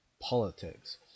politics